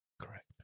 Correct